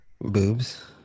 Boobs